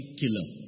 killer